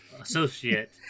associate